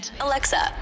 Alexa